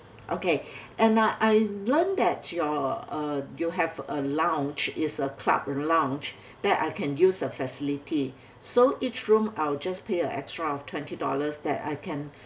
okay and uh I learn that your uh you have a lounge is a club lounge that I can use the facility so each room I'll just pay a extra of twenty dollars that I can